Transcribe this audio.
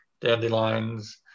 dandelions